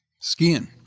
Skiing